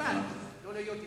שתלמד לא להיות אתנו.